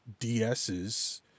DSs